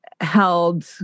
held